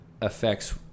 affects